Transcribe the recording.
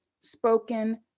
spoken